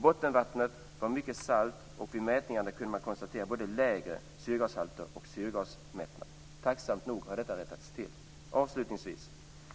Bottenvattnet var mycket salt, och vid mätningarna kunde man konstatera både lägre syrgashalter och syrgasmättnad. Tacksamt nog har detta rättats till. Avslutningsvis